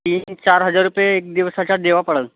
तीन चार हजार रुपये एक दिवसाचा द्यावा पडेल